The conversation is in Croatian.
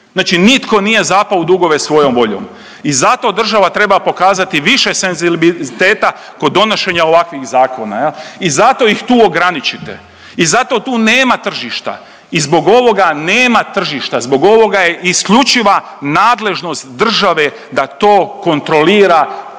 znači nitko nije zapao u dugove svojom voljom i zato država treba pokazati više senzibiliteta kod donošenja ovakvih zakona i zato ih tu ograničite i zato tu nema tržišta i zbog ovoga nema tržišta, zbog ovoga je isključiva nadležnost države da to kontrolira